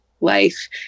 life